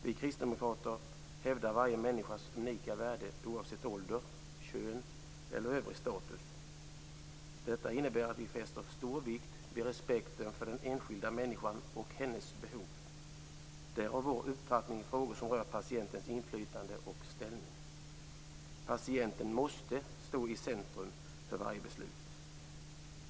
Vi kristdemokrater hävdar varje människas unika värde oavsett ålder, kön eller övrig status. Detta innebär att vi fäster stor vikt vid respekten för den enskilda människan och hennes behov - därav vår uppfattning i frågor som rör patientens inflytande och ställning. Patienten måste stå i centrum för varje beslut.